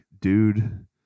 dude